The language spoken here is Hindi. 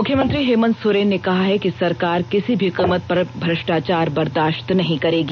मुख्यमंत्री हेमन्त सोरेन ने कहा है कि सरकार किसी भी कीमत पर भ्रष्टाचार बर्दाश्त नहीं करेगी